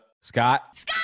scott